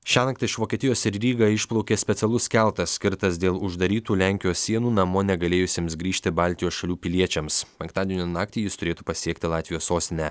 šiąnakt iš vokietijos į rygą išplaukė specialus keltas skirtas dėl uždarytų lenkijos sienų namo negalėjusiems grįžti baltijos šalių piliečiams penktadienio naktį jis turėtų pasiekti latvijos sostinę